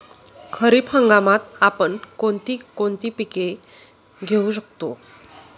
खरीप हंगामात आपण कोणती कोणती पीक घेऊ शकतो?